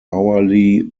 hourly